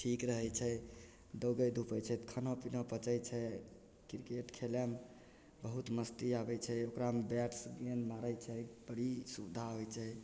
ठीक रहय छै दौगय धुपय छै तऽ खाना पीना पचय छै क्रिकेट खेलायमे बहुत मस्ती आबय छै ओकरामे बैटसँ गेन्द मारय छै बड़ी सुविधा होइ छै